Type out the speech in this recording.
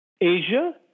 Asia